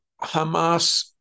Hamas